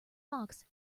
fox